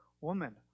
Woman